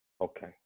Okay